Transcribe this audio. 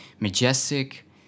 Majestic